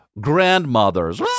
grandmothers